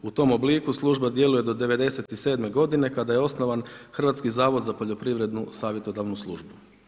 U tom obliku služba djeluje do '97. godine kada je osnovan Hrvatski zavod za poljoprivrednu savjetodavnu službu.